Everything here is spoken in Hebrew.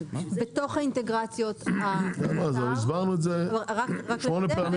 בתוך האינטגרציות --- הסברנו את זה שמונה פעמים.